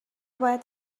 باید